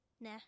nah